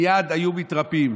מייד היו מתרפאים.